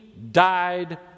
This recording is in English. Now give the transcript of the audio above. died